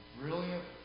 brilliant